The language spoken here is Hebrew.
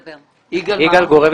הנושא.